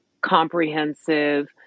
comprehensive